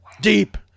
Deep